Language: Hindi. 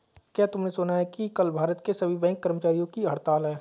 क्या तुमने सुना कि कल भारत के सभी बैंक कर्मचारियों की हड़ताल है?